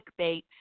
clickbait